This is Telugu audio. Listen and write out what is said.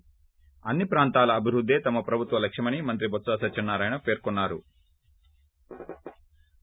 ి అన్ని ప్రాంతాల అభివృద్దే తమ ప్రభుత్వ లక్ష్యమని మంత్రి బొత్స సత్వనారాయణ పేర్కొన్నారు